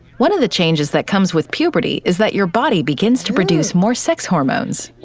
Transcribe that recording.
one of the changes that comes with puberty is that your body begins to produce more sex hormones.